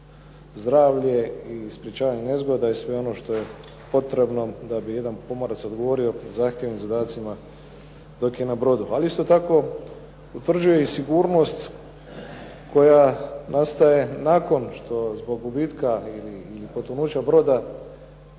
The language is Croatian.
zdravlje i sprječavanje nezgoda i sve ono što je potrebno da bi jedan pomorac odgovorio zahtjevnim zadacima dok je na brodu. Ali isto tako utvrđuje i sigurnost koja nastaje nakon što zbog gubitka i potonuća broda